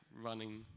running